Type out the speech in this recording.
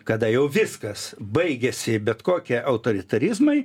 kada jau viskas baigiasi bet kokie autoritarizmai